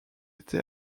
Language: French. été